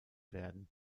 werden